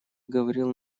говорил